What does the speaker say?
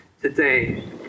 today